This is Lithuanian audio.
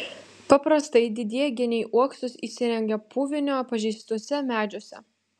paprastai didieji geniai uoksus įsirengia puvinio pažeistuose medžiuose